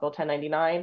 1099